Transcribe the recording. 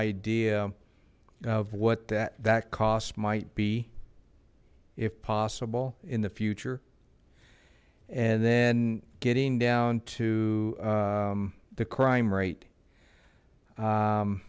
idea of what that that cost might be if possible in the future and then getting down to the crime rate